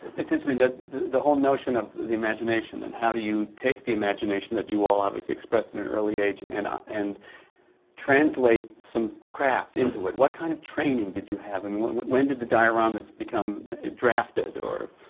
but it's interesting that the whole notion of the imagination and how do you take the imagination that you all obviously expressed at an early age and on and translate some craft into it. what kind of training you have? and when when did the dioramas become drafted or